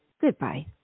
Goodbye